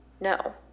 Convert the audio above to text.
No